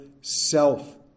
self